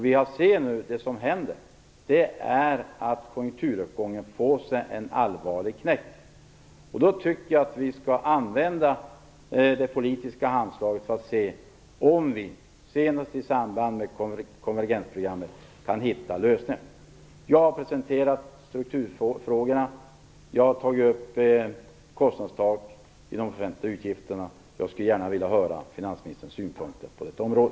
Vi ser nu att konjunkturuppgången får sig en allvarlig knäck. Jag tycker då att vi skall använda det politiska anslaget för att se om vi senast i samband med konvergensprogrammet kan hitta lösningar. Jag har presenterat strukturfrågorna och tagit upp kostnadstak för de offentliga utgifterna. Jag skulle gärna vilja höra finansministerns synpunkter på detta område.